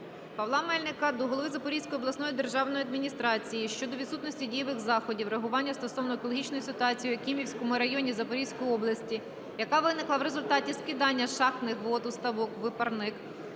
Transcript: Павла Мельника до голови Запорізької обласної державної адміністрації щодо відсутності дієвих заходів реагування стосовно екологічної ситуації у Якимівському районі Запорізької області, яка виникла в результаті скидання шахтних вод у ставок-випарник,